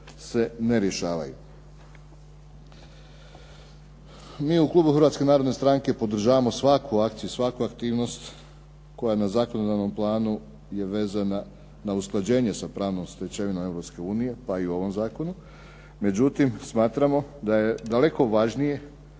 se ne rješavaju. Mi u klubu HNS-a podržavamo svaku akciju, svaku aktivnost koja na zakonodavnom planu je vezana na usklađenje sa pravnom stečevinom EU pa i u ovom zakonu, međutim smatramo da je daleko važnije